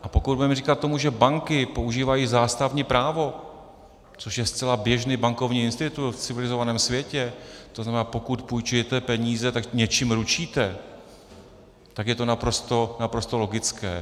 A pokud budeme říkat, že banky používají zástavní právo, což je zcela běžný bankovní institut v civilizovaném světě, to znamená, pokud půjčujete peníze, tak něčím ručíte, tak je to naprosto logické.